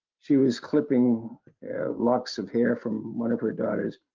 she was clipping locks of hair from one of her daughters,